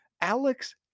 Alex